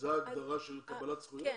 זאת ההגדרה של קבלת זכויות?